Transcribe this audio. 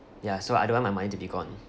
ya so I don't want my money to be gone